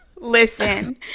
Listen